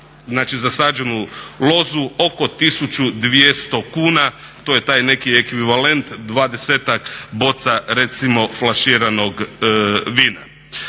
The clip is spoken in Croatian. zasađenu lozu oko 1200 kuna to je taj neki ekvivalent 20-ak boca recimo flaširanog vina.